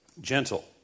Gentle